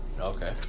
Okay